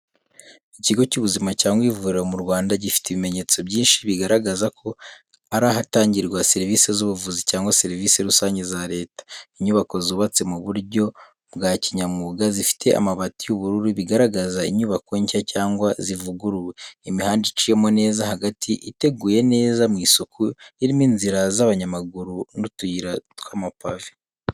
Ikigo cy'ubuzima cyangwa ivuriro mu Rwanda, gifite ibimenyetso byinshi bigaragaza ko ari ahatangirwa serivisi z’ubuvuzi cyangwa serivisi rusange za leta. Inyubako zubatse mu buryo bwa kinyamwuga, zifite amabati y’ubururu, bigaragaza inyubako nshya cyangwa zivuguruye. Imihanda iciyemo neza hagati, iteguye neza mu isuku, irimo inzira z'abanyamaguru n’utuyira tw’amapave.